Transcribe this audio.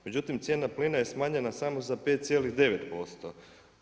Međutim, cijena plina je smanjena samo za 5,9%